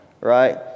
Right